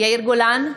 יאיר גולן,